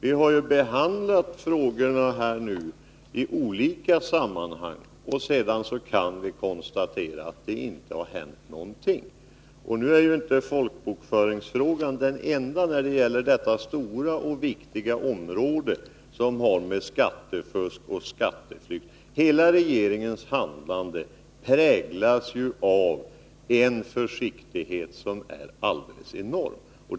Vi har behandlat frågan i olika sammanhang, och sedan kan vi konstatera att det inte hänt någonting. Nu är ju folkbokföringsfrågan inte den enda när det gäller detta stora och viktiga område som har med skattefusk och skatteflykt att göra. Regeringens hela handlande präglas av en försiktighet som är aildeles enorm.